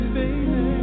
baby